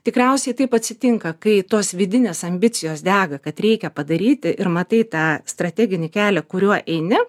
tikriausiai taip atsitinka kai tos vidinės ambicijos dega kad reikia padaryti ir matai tą strateginį kelią kuriuo eini